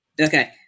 okay